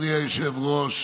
אדוני היושב-ראש,